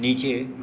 नीचे